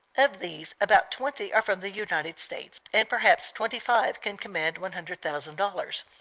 of these, about twenty are from the united states, and perhaps twenty-five can command one hundred thousand dollars.